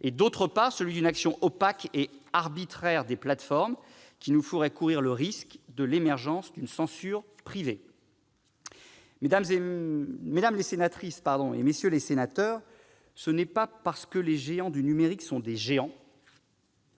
et, d'autre part, celui d'une action opaque et arbitraire des plateformes, qui nous ferait courir le risque de l'émergence d'une censure privée. Mesdames les sénatrices, messieurs les sénateurs, ce n'est pas parce que les géants du numérique sont des géants